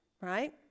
right